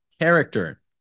character